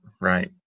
Right